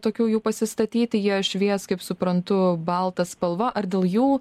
tokių jų pasistatyti jie švies kaip suprantu balta spalva ar dėl jų